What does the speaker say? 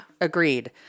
agreed